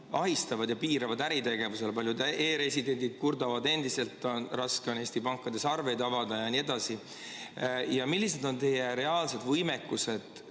ahistavad ja piiravad äritegevusele? Paljud e-residendid kurdavad endiselt, et on raske Eesti pankades arveid avada jne. Millised on teie reaalsed võimekused